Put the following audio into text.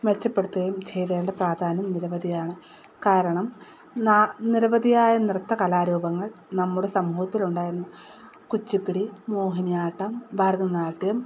മെച്ചപ്പെടുത്തുകയും ചെയ്യേണ്ട പ്രാധാന്യം നിരവധിയാണ് കാരണം നിരവധിയായ നൃത്ത കലാരൂപങ്ങൾ നമ്മുടെ സമൂഹത്തിൽ ഉണ്ടായിരുന്നു കുച്ചിപ്പുടി മോഹിനിയാട്ടം ഭരതനാട്യം